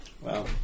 Wow